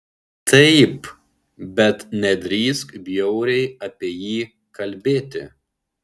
taip bet nedrįsk bjauriai apie jį kalbėti